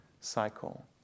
cycle